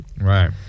Right